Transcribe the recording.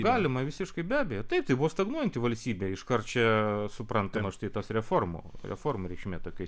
galima visiškai be abejo taip tai buvo stagnuojanti valstybė iškart čia suprantama štai tos reformų reformų reikšmė tokioj